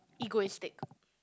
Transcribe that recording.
egoistic